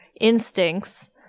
Instincts